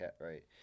right